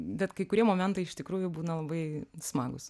bet kai kurie momentai iš tikrųjų būna labai smagūs